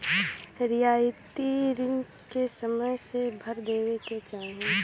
रियायती रिन के समय से भर देवे के चाही